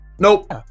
Nope